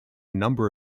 number